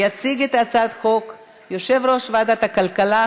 יציג את הצעת החוק יושב-ראש ועדת הכלכלה,